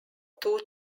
two